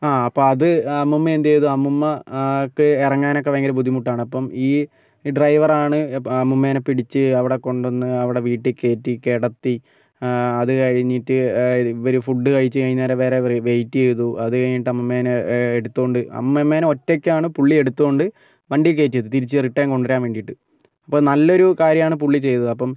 ആ അപ്പോൾ അത് അമ്മുമ്മ എന്ത് ചെയ്ത് അമ്മുമ്മ ക്ക് ഇറങ്ങാൻ ഒക്കെ ഭയങ്കര ബുദ്ധിമുട്ടാണ് അപ്പം ഈ ഡ്രൈവറാണ് അമ്മുമ്മേനെ പിടിച്ച് അവിടെ കൊണ്ട് വന്ന് അവിടെ വീട്ടിൽ കയറ്റി കിടത്തി അത് കഴിഞ്ഞിട്ട് ഇവർ ഫുഡ് കഴിച്ച് കഴിയുന്നതു വരെ വെയിറ്റ് ചെയ്തു അതു കഴിഞ്ഞ് അമ്മുമ്മേനെ എടുത്തു കൊണ്ട് അമ്മുമ്മേനെ ഒറ്റക്കാണ് പുള്ളി എടുത്തു കൊണ്ട് വണ്ടി കയറ്റി തിരിച്ച് റിട്ടേൺ കൊണ്ട് വരാൻ വേണ്ടിയിട്ട് അപ്പോൾ നല്ലൊരു കാര്യമാണ് പുള്ളി ചെയ്തത് അപ്പം